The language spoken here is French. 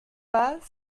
pas